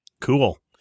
Cool